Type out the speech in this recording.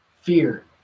Fear